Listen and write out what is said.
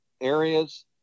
areas